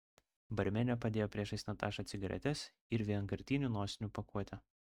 barmenė padėjo priešais natašą cigaretes ir vienkartinių nosinių pakuotę